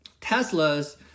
Tesla's